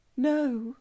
No